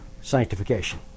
sanctification